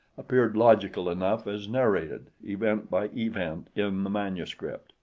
appeared logical enough as narrated, event by event, in the manuscript.